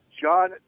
John